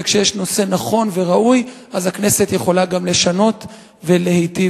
וכשיש נושא נכון וראוי אז הכנסת יכולה גם לשנות ולהיטיב,